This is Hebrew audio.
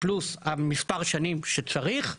פלוס מספר השנים שצריך,